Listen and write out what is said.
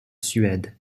suède